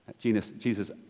Jesus